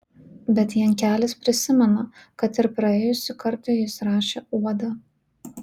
bet jankelis prisimena kad ir praėjusį kartą jis rašė uodą